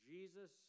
Jesus